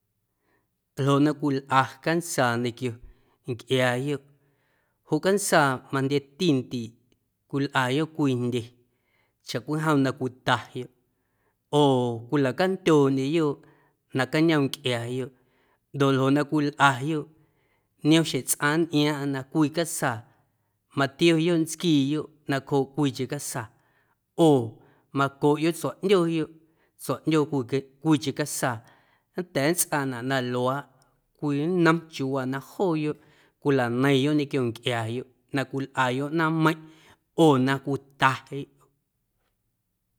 Ljoꞌ na cwilꞌa cantsaa ñequio ncꞌiaayoꞌ joꞌ cantsaa majndyetindiiꞌ cwilꞌayoꞌ cwii jndye chacwijomn na cwitayoꞌ oo cwilacandyooꞌndyeyoꞌ nacañoom ncꞌiaayoꞌ ndoꞌ ljoꞌ na cwilꞌayoꞌ niom xjeⁿ tsꞌaⁿ nntꞌiaaⁿꞌaⁿ na cwii casaa matioyoꞌ ntsquiiyoꞌ nacjooꞌ cwiicheⁿ casaa oo macoꞌyoꞌ tsuaꞌndyooyoꞌ, tsuaꞌndyooyoꞌ cwique cwiicheⁿ casaa nnda̱a̱ nntsꞌaanaꞌ na luaaꞌ cwii nnom chiuuwaa na jooyoꞌ cwilaneiⁿyoꞌ ñequio ncꞌiaayoꞌ na cwilꞌayoꞌ ꞌnaaⁿmeiⁿꞌ oo na cwitayoꞌ.